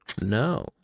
No